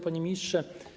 Panie Ministrze!